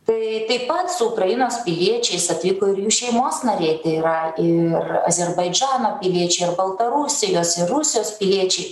tai taip pat su ukrainos piliečiais atvyko ir jų šeimos nariai yra ir azerbaidžano piliečiai ir baltarusijos ir rusijos piliečiai